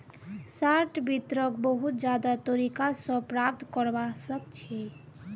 short वित्तक बहुत ज्यादा तरीका स प्राप्त करवा सख छी